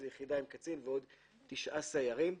זו יחידה עם קצין ועוד תשעה סיירים.